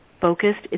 focused